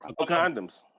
condoms